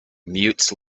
mutes